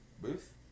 Booth